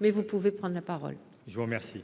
mais vous pouvez prendre la parole, je vous remercie.